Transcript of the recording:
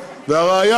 והראיה,